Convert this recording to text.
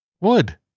Wood